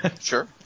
Sure